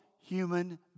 human